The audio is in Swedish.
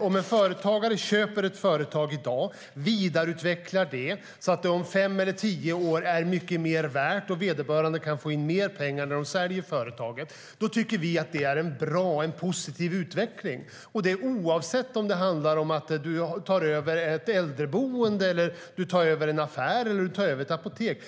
Om en företagare köper ett företag i dag och vidareutvecklar det så att det om fem eller tio år är mycket mer värt och vederbörande kan få in mer pengar när företaget säljs tycker vi att det är en bra och positiv utveckling, oavsett om det handlar om att ta över ett äldreboende, en affär eller ett apotek.